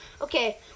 Okay